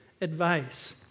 advice